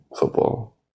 football